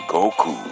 Goku